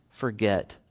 forget